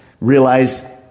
Realize